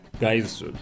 guys